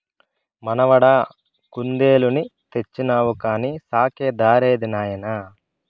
మనవడా కుందేలుని తెచ్చినావు కానీ సాకే దారేది నాయనా